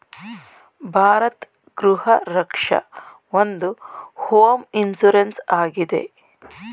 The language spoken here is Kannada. ಭಾರತ್ ಗೃಹ ರಕ್ಷ ಒಂದು ಹೋಮ್ ಇನ್ಸೂರೆನ್ಸ್ ಆಗಿದೆ